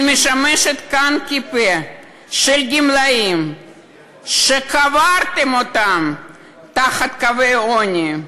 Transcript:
אני משמשת כאן פה לגמלאים שקברתם תחת קווי עוני,